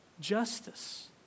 justice